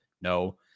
No